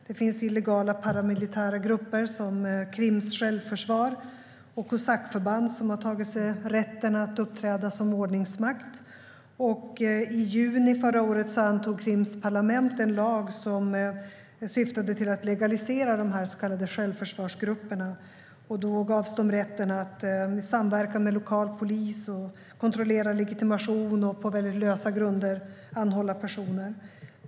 Det finns illegala paramilitära grupper som Krims självförsvar och kosackförband som har tagit sig rätten att uppträda som ordningsmakt. I juni förra året antog Krims parlament en lag som syftade till att legalisera dessa så kallade självförsvarsgrupper. De gavs då rätten att samverka med lokal polis för att kontrollera legitimationer och på väldigt lösa grunder anhålla personer.